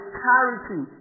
charity